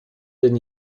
denn